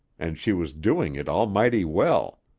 and she was doing it almighty well,